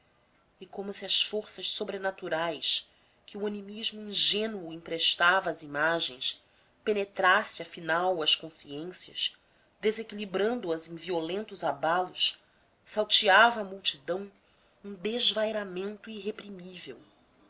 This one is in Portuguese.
e como se as forças sobrenaturais que o animismo ingênuo emprestava às imagens penetrassem afinal as consciências desequilibrando as em violentos abalos salteava a multidão um desvairamento